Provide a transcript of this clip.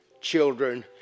children